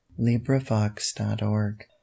LibriVox.org